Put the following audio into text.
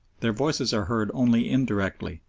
their voices are heard only indirectly,